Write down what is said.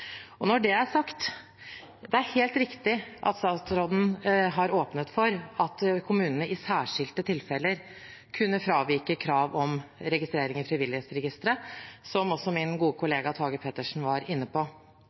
Når det er sagt, er det helt riktig at statsråden har åpnet for at kommunene i særskilte tilfeller kunne fravike krav om registrering i frivillighetsregisteret, noe også min gode kollega Tage Pettersen var inne på.